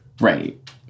Right